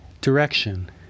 direction